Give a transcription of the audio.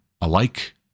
alike